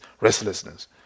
restlessness